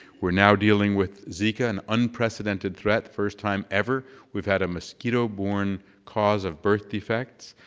we're now dealing with zika an unprecedented threat, first time ever we've had a mosquito borne cause of birth defects.